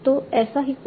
तो ऐसा ही कुछ